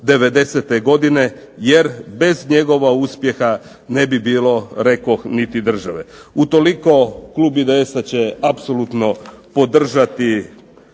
90-te godine jer bez njegova uspjeha ne bi bilo rekoh niti države. Utoliko klub IDS-a će apsolutno podržati